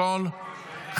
התשפ"ה 2024,